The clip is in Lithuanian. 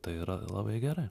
tai yra labai gerai